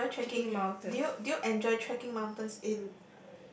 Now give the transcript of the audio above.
you enjoy trekking do you do you enjoy trekking mountains in